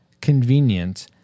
convenient